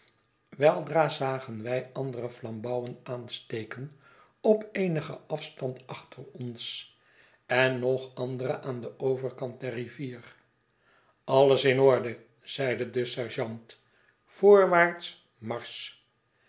weldra zagen wij andere flambouwen aansteken op eenigen afstand achter ons en nog andere aan den overkant der rivier alles in orde zeide de sergeant voorwaarts marsch